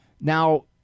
Now